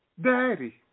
Daddy